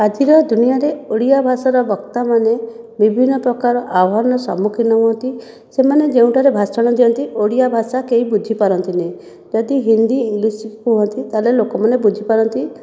ଆଜିର ଦୁନିଆଁରେ ଓଡ଼ିଆ ଭାଷାର ବକ୍ତାମାନେ ବିଭିନ୍ନ ପ୍ରକାର ଆହ୍ୱାନର ସମ୍ମୁଖୀନ ହୁଅନ୍ତି ସେମାନେ ଯେଉଁଟାରେ ଭାଷଣ ଦିଅନ୍ତି ଓଡ଼ିଆ ଭାଷା କେହି ବୁଝି ପାରନ୍ତିନି ଯଦି ହିନ୍ଦୀ ଇଂଲିଶ କୁହନ୍ତି ତା'ହେଲେ ଲୋକମାନେ ବୁଝିପାରନ୍ତି